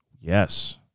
Yes